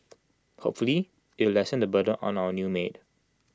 hopefully it'll lessen the burden on our new maid